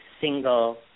single